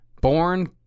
born